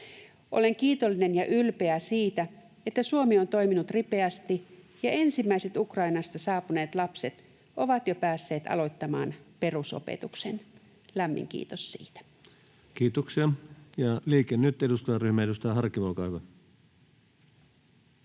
Olen kiitollinen ja ylpeä siitä, että Suomi on toiminut ripeästi ja ensimmäiset Ukrainasta saapuneet lapset ovat jo päässeet aloittamaan perusopetuksen. Lämmin kiitos siitä. [Speech 81] Speaker: Ensimmäinen